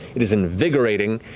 it is invigorating,